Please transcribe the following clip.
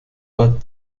bad